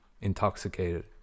intoxicated